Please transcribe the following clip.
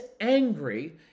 angry